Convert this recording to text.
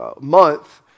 month